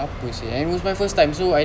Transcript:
apa sia and it was my first time so I